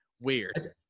weird